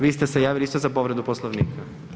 Vi ste javili isto za povredu Poslovnika?